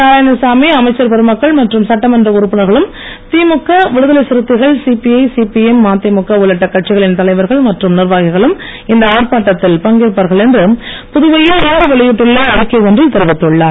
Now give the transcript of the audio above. நாராயணசாமி அமைச்சர் பெருமக்கள் மற்றும் சட்டமன்ற உறுப்பினர்களும் திமுக விடுதலை சிறுத்தைகள் சிபிஜ சிபிஎம் மதிமுக உள்ளிட்ட கட்சிகளின் தலைவர்கள் மற்றும் நிர்வாகிகளும் இந்த ஆர்ப்பாட்டத்தில் பங்கேற்பார்கள் என்று புதுவையில் இன்று வெளியிட்டுள்ள அறிக்கை ஒன்றில் தெரிவித்துள்ளார்